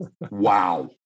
wow